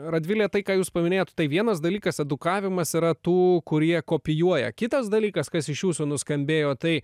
radvilė tai ką jūs paminėjot tai vienas dalykas edukavimas yra tų kurie kopijuoja kitas dalykas kas iš jūsų nuskambėjo tai